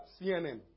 CNN